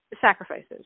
sacrifices